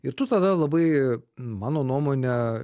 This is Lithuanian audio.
ir tu tada labai mano nuomone